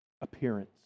Appearance